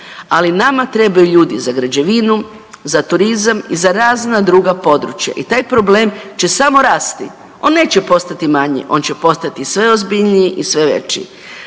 ali nama trebaju ljudi za građevinu, za turizam i za razna druga područja i taj problem će samo rasti, on neće postati manji, on će postati sve ozbiljniji i sve veći.